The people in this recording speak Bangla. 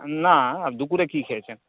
না দুপুরে কী খেয়েছেন